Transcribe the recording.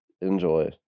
Enjoy